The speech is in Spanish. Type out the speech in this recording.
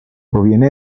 proviene